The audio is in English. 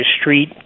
street